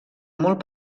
molt